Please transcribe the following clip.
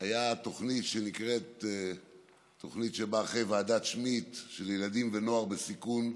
הייתה התוכנית שבאה אחרי ועדת שמיד לילדים ונוער בסיכון.